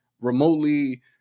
remotely